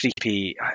creepy